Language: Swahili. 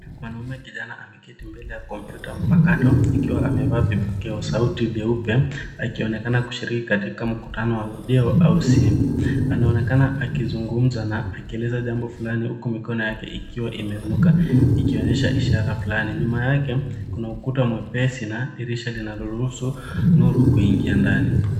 Mwanaume kijana ameketi mbele ya kompyuta mpakato akiwa amevaa vipokeo sauti vyeupe akionekana kushiriki katika mkutano wa video au simu. Anaonekana akizungumza na akieleza jambo fulani huku mikono yake ikiwa imeinuka ikionyesha ishara fulani. Nyuma yake, kuna ukuta mwepesi na dirisha linaloruhusu nuru kuingia ndani.